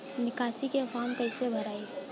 निकासी के फार्म कईसे भराई?